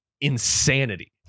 insanity